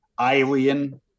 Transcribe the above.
Alien